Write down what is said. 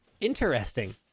Interesting